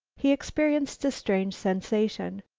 he experienced a strange sensation.